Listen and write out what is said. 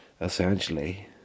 essentially